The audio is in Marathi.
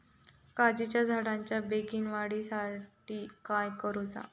काजीच्या झाडाच्या बेगीन वाढी साठी काय करूचा?